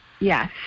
Yes